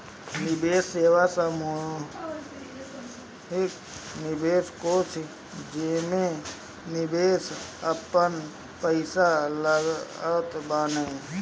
निवेश सेवा सामूहिक निवेश कोष जेमे निवेशक आपन पईसा लगावत बाने